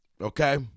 Okay